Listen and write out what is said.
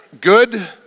good